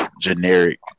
generic